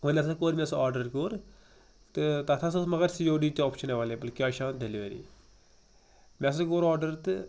وۄنۍ ہَسا کوٚر مےٚ سُہ آرڈَر کوٚر تہٕ تَتھ ہَسا ٲس مگر سی او ڈی تہِ option available cash on delivery مےٚ ہَسا کوٚر آرڈَر تہٕ